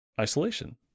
isolation